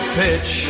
pitch